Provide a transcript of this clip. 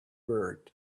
beard